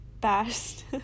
best